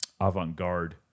avant-garde